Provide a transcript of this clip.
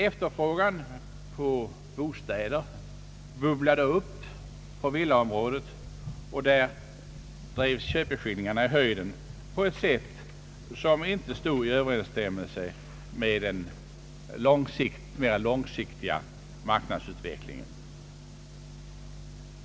Efterfrågan på bostäder bubblade upp på villaområdet, och där drevs köpeskillingarna i höjden på ett sätt som inte stod i överensstämmelse med en mera långsiktig marknadsutveckling.